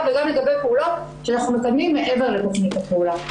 וגם לגבי פעולה שאנחנו מקדמים מעבר לתכנית הפעולה.